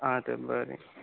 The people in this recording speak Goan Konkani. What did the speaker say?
आं तर बरें